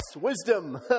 wisdom